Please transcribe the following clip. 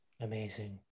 Amazing